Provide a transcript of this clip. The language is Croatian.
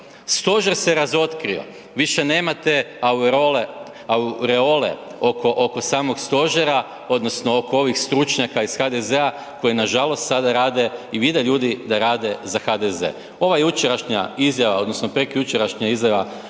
Stožer se razotkrio, više nemate aureole oko samog stožera odnosno oko ovih stručnjaka iz HDZ-a koji nažalost sada rade i vide ljudi da rade za HDZ. Ova jučerašnja izjava odnosno prekjučerašnja izjava